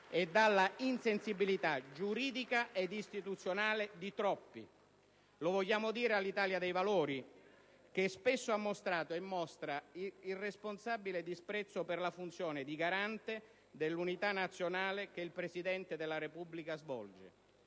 e dalla insensibilità giuridica e istituzionale di troppi. *(Applausi dai Gruppi UDC-SVP-IS-Aut e PD)*. Lo vogliamo dire all'Italia dei Valori, che spesso ha mostrato e mostra irresponsabile disprezzo per la funzione di garante dell'unità nazionale che il Presidente della Repubblica svolge.